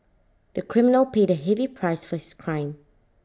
the criminal paid A heavy price for his crime